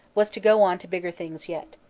was to go on to bigger things yet.